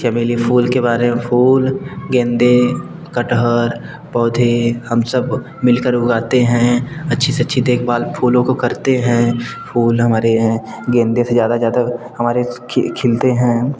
चमेली फूल के बारे में फूल गेंदे कटहल पौधे हम सब मिलकर उगाते हैं अच्छी से अच्छी देखभाल फूलों को करते हैं फूल हमारे है गेंदे से ज़्यादा ज़्यादा हमारे खिलते हैं